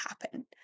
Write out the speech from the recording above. happen